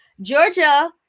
Georgia